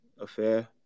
affair